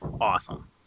awesome